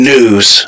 News